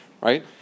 right